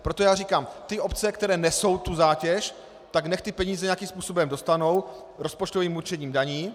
Proto já říkám, obce, které nesou tu zátěž, tak nechť ty peníze nějakým způsobem dostanou v rozpočtovém určení daní.